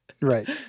right